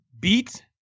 beat